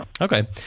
Okay